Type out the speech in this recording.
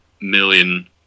million